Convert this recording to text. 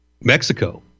Mexico